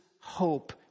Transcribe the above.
hope